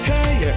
Hey